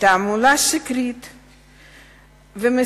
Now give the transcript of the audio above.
תעמולה שקרית ומסוכנת,